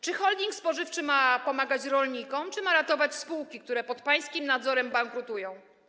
Czy holding spożywczy ma pomagać rolnikom, czy ma ratować spółki, które pod pańskim nadzorem bankrutują?